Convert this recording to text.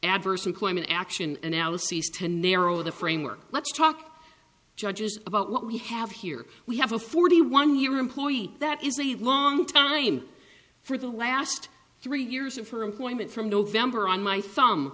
adverse employment action analyses to narrow the framework let's talk judges about what we have here we have a forty one year employee that is a long time for the last three years of her employment from november on my thumb